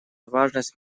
важность